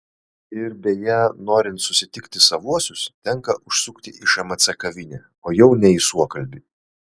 ir beje norint susitikti savuosius tenka užsukti į šmc kavinę o jau ne į suokalbį